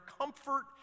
comfort